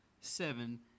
seven